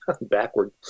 Backward